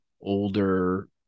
older